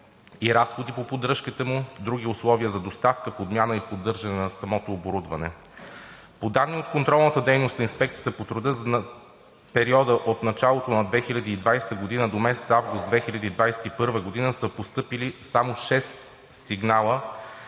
и разходи по поддръжката му, други условия за доставка, подмяна и поддържане на самото оборудване. По данни от контролната дейност на Инспекцията по труда за периода от началото на 2020 г. до месец август 2021 г. са постъпили само шест сигнала